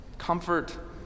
Comfort